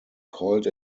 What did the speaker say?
called